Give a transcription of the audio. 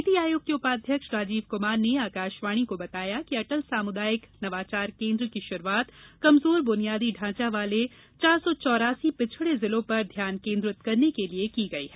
नीति आयोग के उपाध्यक्ष राजीव कुमार ने आकाशवाणी को बताया कि अटल सामुदायिक नवाचार केन्द्र की शुरूआत कमजोर बुनियादी ढांचा वाले चार सौ चौरासी पिछड़े जिलों पर ध्यान केंदित करने के लिए की गई है